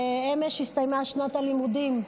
אמש הסתיימה שנת הלימודים,